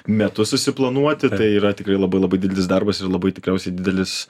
metus susiplanuoti tai yra tikrai labai labai didelis darbas ir labai tikriausiai didelis